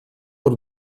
per